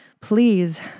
Please